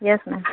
yes ma'am